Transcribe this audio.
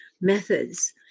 methods